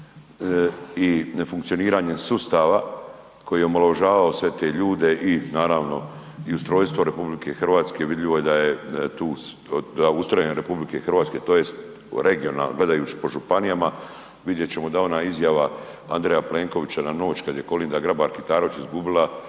i nefunkcioniranjem sustava koji je omalovažavao sve te ljude i naravno i ustrojstvo RH vidljivo je da ustrojem RH tj. regionalno gledajući po županijama vidjet ćemo da je ona izjava Andreja Plenkovića na noć kada je Kolinda Grabar Kitarović izgubila